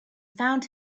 found